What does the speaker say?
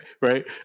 right